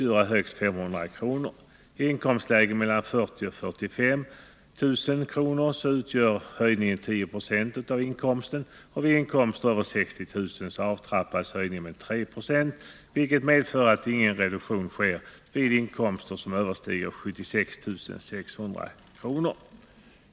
I inkomstlägena 40 000-45 000 kr. utgör höjningen 10 90 av den del av inkomsten som överstiger 40 000 kr. Vid inkomster över 60 000 kr. avtrappas höjningen med 3 26 av den överskjutande inkomsten, vilket medför att ingen skattereduktion sker vid inkomster som överstiger 76 600 kr.